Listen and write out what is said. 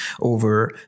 over